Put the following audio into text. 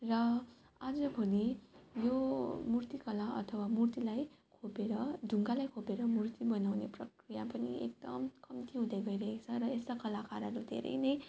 र आज भोलि यो मूर्तिकला अथवा मूर्तिलाई खोपेर ढुङ्गालाई खोपेर मूर्ति बनाउने प्रक्रिया पनि एकदम कम्ती हुँदै गइरहेको छ र यस्ता कलाकारहरू धेरै नै